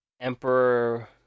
Emperor